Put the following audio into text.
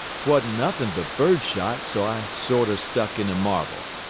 t wa'n't nothin but bird shot, so i sorter stuck in a marble.